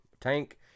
Tank